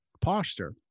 posture